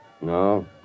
No